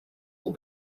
will